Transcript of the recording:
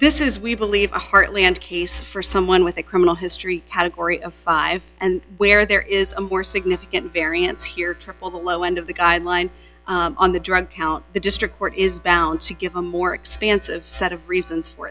this is we believe a heartland case for someone with a criminal history category of five and where there is a more significant variance here triple the low end of the guideline on the drug count the district court is bound to give a more expansive set of reasons for